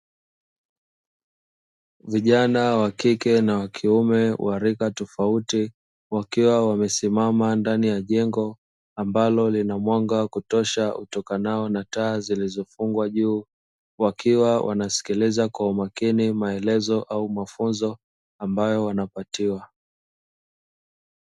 Vijana wa kike na wa kiume wa rika tofauti, wakiwa wamesimama ndani ya jengo ambalo lina mwanga wa kutosha utokanao na taa zilizofungwa juu, wakiwa wanasikiliza kwa umakini maelezo au mafunzo ambayo wanapatiwa.